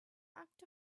act